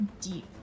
deep